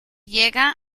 llega